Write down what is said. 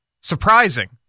surprising